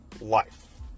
life